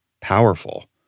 powerful